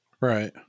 right